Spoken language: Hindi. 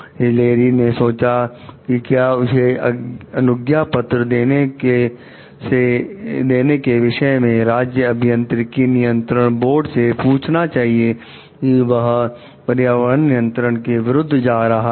हिलेरी ने सोचा कि क्या उसे अनुज्ञा पत्र देने के विषय में राज्य अभियंत्रिकी नियंत्रण बोर्ड से पूछना चाहिए की वह पर्यावरण नियंत्रण के विरुद्ध जा रहा है